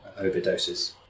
overdoses